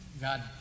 God